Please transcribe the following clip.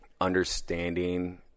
understanding